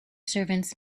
servants